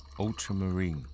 Ultramarine